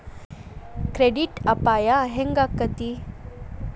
Credit ಅಪಾಯಾ ಹೆಂಗಾಕ್ಕತೇ?